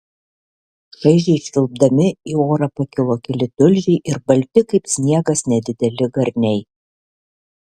šaižiai švilpdami į orą pakilo keli tulžiai ir balti kaip sniegas nedideli garniai